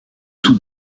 tous